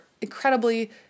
incredibly